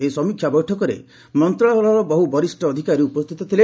ଏହି ସମୀକ୍ଷା ବୈଠକରେ ମନ୍ତ୍ରଣାଳୟର ବହୁ ବରିଷ୍ଠ ଅଧିକାରୀ ଉପସ୍ଥିତ ଥିଲେ